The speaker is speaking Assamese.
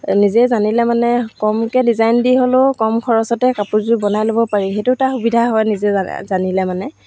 নিজে জানিলে মানে কমকৈ ডিজাইন দি হ'লেও কম খৰচতে কাপোৰযোৰ বনাই ল'ব পাৰি সেইটো এটা সুবিধা হয় নিজে জা জানিলে মানে